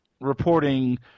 reporting